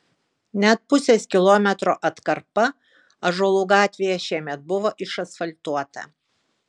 net pusės kilometro atkarpa ąžuolų gatvėje šiemet buvo išasfaltuota